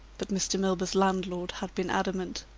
but mr. milburgh's landlord had been adamant.